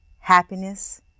happiness